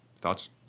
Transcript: thoughts